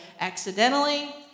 accidentally